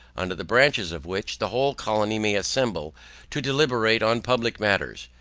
under the branches of which, the whole colony may assemble to deliberate on public matters.